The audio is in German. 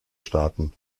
staaten